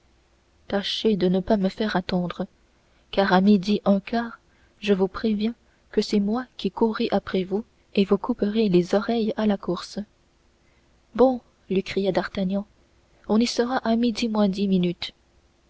tâchez de ne pas me faire attendre car à midi un quart je vous préviens que c'est moi qui courrai après vous et vous couperai les oreilles à la course bon lui cria d'artagnan on y sera à midi moins dix minutes